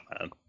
man